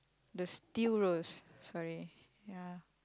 the steel rose sorry ya